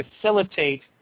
facilitate